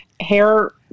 hair